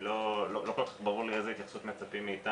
כי לא נראה לי הגיוני להתווכח על 20 שקלים,